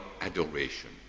adoration